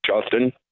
Justin